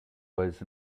was